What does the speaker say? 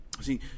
See